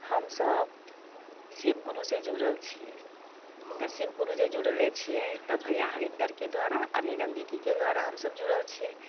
हम सभ शिव गुरु से जुड़ल छियै तऽ शिव गुरु जे जुड़ले छियै तऽ भैया हरिन्दरके द्वारा आ नीलम दीदीके द्वारा हम सभ जुड़ल छियै